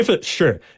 Sure